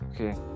Okay